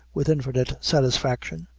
with infinite satisfaction,